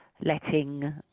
letting